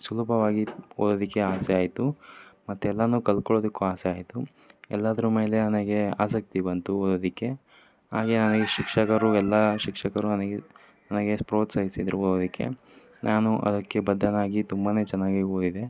ಸುಲಭವಾಗಿ ಓದೋದಕ್ಕೆ ಆಸೆ ಆಯಿತು ಮತ್ತು ಎಲ್ಲಾ ಕಲ್ತ್ಕೊಳ್ಳೊದಕ್ಕೂ ಆಸೆ ಆಯಿತು ಎಲ್ಲದ್ರು ಮೇಲೆ ನನಗೆ ಆಸಕ್ತಿ ಬಂತು ಓದೋದಕ್ಕೆ ಹಾಗೆ ನನಗೆ ಶಿಕ್ಷಕರು ಎಲ್ಲ ಶಿಕ್ಷಕರು ನನಗೆ ನನಗೆ ಪ್ರೋತ್ಸಾಹಿಸಿದರು ಓದೋದಕ್ಕೆ ನಾನು ಅದಕ್ಕೆ ಬದ್ಧನಾಗಿ ತುಂಬಾ ಚೆನ್ನಾಗಿ ಓದಿದೆ